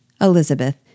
Elizabeth